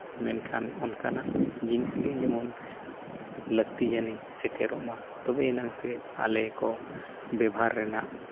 ᱢᱮᱱᱠᱷᱟᱱ ᱚᱱᱠᱟᱱᱟᱜ ᱡᱤᱱᱤᱥᱜᱮ ᱡᱮᱢᱚᱱ ᱞᱟᱹᱠᱛᱤ ᱡᱟᱱᱤ ᱥᱮᱴᱮᱨᱚᱜ ᱢᱟ ᱛᱚᱵᱮᱭᱟᱱᱟᱝ ᱥᱮ ᱟᱞᱮᱠᱚ ᱵᱮᱵᱷᱟᱨ ᱨᱮᱱᱟᱜ